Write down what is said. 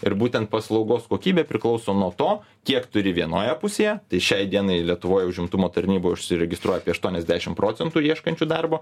ir būtent paslaugos kokybė priklauso nuo to kiek turi vienoje pusėje tai šiai dienai lietuvoj užimtumo tarnyboj užsiregistruoja apie aštuoniasdešim procentų ieškančių darbo